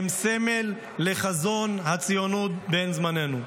הם סמל לחזון הציונות בן זמננו.